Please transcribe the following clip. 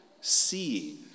seeing